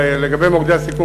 לגבי מוקדי הסיכון,